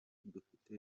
dufite